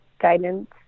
guidance